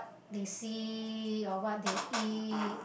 they see or what they eat